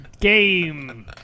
game